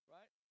Right